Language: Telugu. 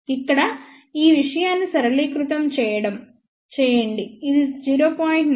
ఇక్కడ ఈ విషయాన్ని సరళీకృతం చేయండి ఇది 0